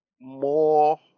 more